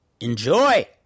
Enjoy